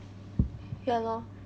ya lor